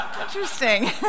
Interesting